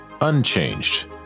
unchanged